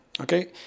Okay